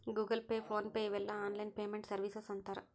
Google pay PhonePe ಇವೆಲ್ಲ online payment services ಅಂತರ್